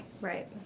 Right